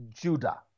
Judah